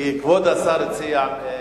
כי כבוד השר הציע ועדה.